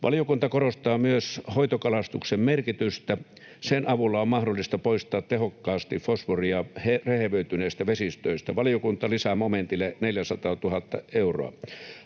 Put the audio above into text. Valiokunta korostaa myös hoitokalastuksen merkitystä. Sen avulla on mahdollista poistaa tehokkaasti fosforia rehevöityneistä vesistöistä. Valiokunta lisää momentille 400 000 euroa.